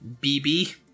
BB